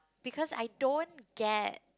because I don't get